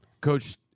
Coach